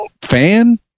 fan